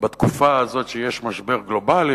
בתקופה הזאת שיש משבר גלובלי.